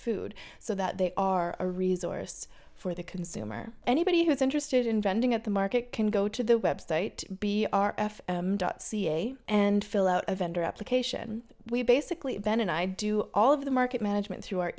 food so that they are a resource for the consumer anybody who is interested in vending at the market can go to the website b r f ca and fill out a vendor application we basically ben and i do all of the market management through our